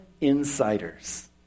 insiders